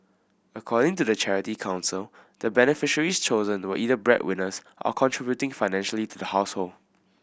according to the Charity Council the beneficiaries chosen were either bread winners or contributing financially to the household